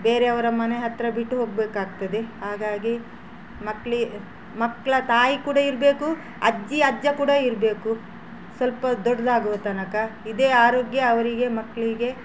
ಬೇರೆಯವರ ಮನೆ ಹತ್ತಿರ ಬಿಟ್ಟು ಹೋಗಬೇಕಾಗ್ತದೆ ಹಾಗಾಗಿ ಮಕ್ಳ ಮಕ್ಕಳ ತಾಯಿ ಕೂಡ ಇರಬೇಕು ಅಜ್ಜಿ ಅಜ್ಜ ಕೂಡ ಇರಬೇಕು ಸ್ವಲ್ಪ ದೊಡ್ಡದಾಗುವ ತನಕ ಇದೇ ಆರೋಗ್ಯ ಅವರಿಗೆ ಮಕ್ಕಳಿಗೆ